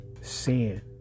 sin